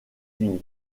unis